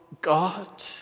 God